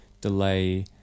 delay